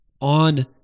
on